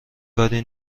کاری